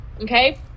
Okay